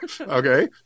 okay